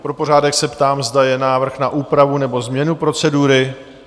Pro pořádek se ptám, zda je návrh na úpravu nebo změnu procedury?